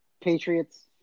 Patriots